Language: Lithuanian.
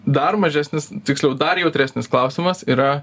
dar mažesnis tiksliau dar jautresnis klausimas yra